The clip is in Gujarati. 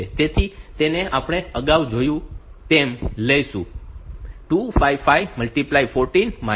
તેથી તેને આપણે અગાઉ જોયું તેમ લઈશું 255 14 3